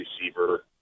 receiver